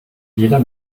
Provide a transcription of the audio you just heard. jeder